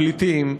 פליטים,